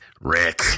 Rick